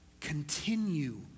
continue